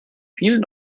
vielen